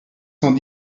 cent